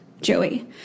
Joey